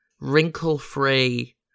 wrinkle-free